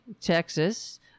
Texas